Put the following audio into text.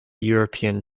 european